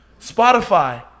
Spotify